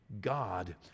God